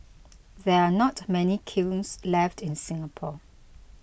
there are not many kilns left in Singapore